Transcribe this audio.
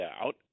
out